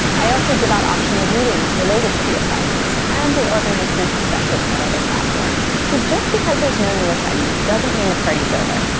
i also give out optional readings related to the assignments, and we'll organize group discussions on other platforms. so just because there's no new assignments doesn't mean the party's over.